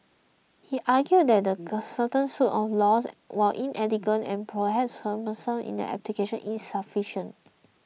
he argued that the current suite of laws while inelegant and perhaps cumbersome in their application is sufficient